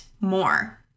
more